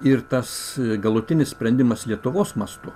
ir tas galutinis sprendimas lietuvos mastu